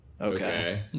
Okay